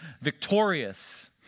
victorious